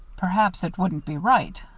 perhaps it wouldn't be right,